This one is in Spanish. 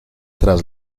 tras